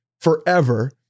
forever